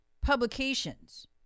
publications